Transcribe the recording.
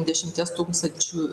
dešimties tūkstančių